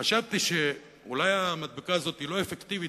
חשבתי שאולי המדבקה הזאת היא לא אפקטיבית,